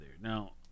Now